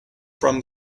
from